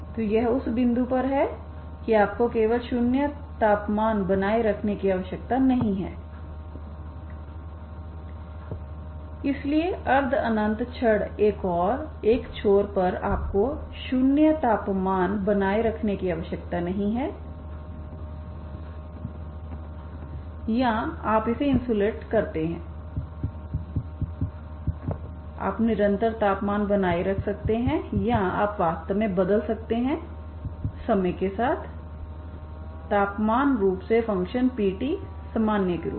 तो यह उस बिंदु पर है कि आपको केवल शून्य तापमान बनाए रखने की आवश्यकता नहीं है इसलिए अर्ध अनंत छड़ एक छोर पर आपको शून्य तापमान बनाए रखने की आवश्यकता नहीं है या आप इसे इन्सुलेट करते हैं आप निरंतर तापमान बनाए रख सकते हैं या आप वास्तव में बदल सकते हैं समय के साथ तापमान रूप से फ़ंक्शन p सामान्य के रूप में